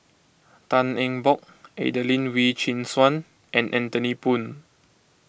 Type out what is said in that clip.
Tan Eng Bock Adelene Wee Chin Suan and Anthony Poon